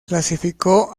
clasificó